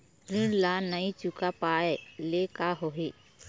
ऋण ला नई चुका पाय ले का होही?